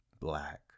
Black